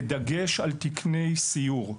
בדגש על תקני סיור.